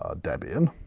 ah debian,